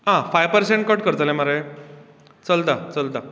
हां five percent cut करतले मरे चलता चलता